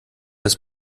des